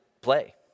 play